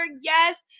yes